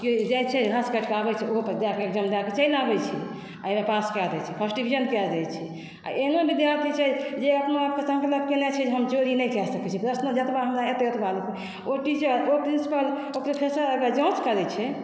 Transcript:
जाइ छै घास काटिके आबै छै ओहु अपन इग्ज़ैम दए कऽ चलि आबै छै एहिमे पास कए दै छै फ़र्स्ट डिविज़न कए जाइ छै आ एहनो विद्यार्थी छै जे अपना आपके संकल्प केने छै हम चोरी नहि कए सकै छी प्रश्न जेतबा हमरा एतै ओतेबा लिखबै ओ टीचर ओ प्रिन्सिपल ओ प्रोफेसर अगर जाँच करै छै